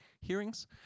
hearings